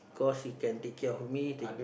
cause she can take care of me take